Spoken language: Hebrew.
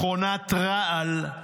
מכונת רעל,